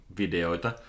videoita